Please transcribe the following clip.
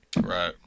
Right